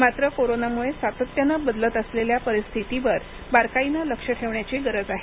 मात्र कोरोनामुळे सातत्यानं बदलत असलेल्या परिस्थितीवर बारकाईनं लक्ष ठेवण्याची गरज आहे